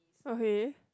okay